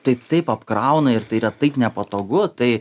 tai taip apkrauna ir tai yra taip nepatogu tai